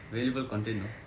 valuable content [what]